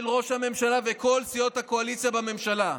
של ראש הממשלה וכל סיעות הקואליציה בממשלה.